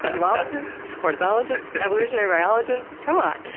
ah zoologist ornithologist evolutionary biologist. come on!